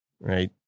right